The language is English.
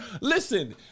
Listen